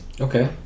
Okay